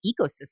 ecosystem